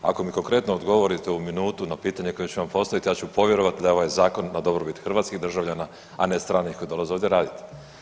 Ako mi konkretno odgovorite u minutu na pitanje koje ću vam postavit ja ću povjerovat da je ovaj zakon na dobrobit hrvatskih državljana, a ne stranih koji dolaze ovdje radit.